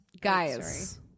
guys